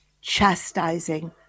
chastising